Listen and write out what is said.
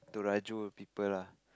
Torajo people lah